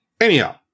anyhow